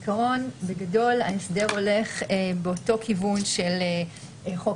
עקרונית ההסדר הולך באותו כיוון של חוק